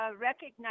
recognize